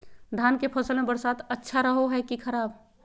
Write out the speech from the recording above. धान के फसल में बरसात अच्छा रहो है कि खराब?